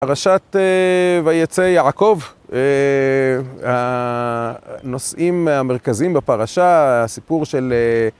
פרשת ויצא יעקב, הנושאים המרכזיים בפרשה, הסיפור של